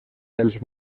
dels